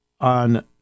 on